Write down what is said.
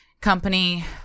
company